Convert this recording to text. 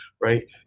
Right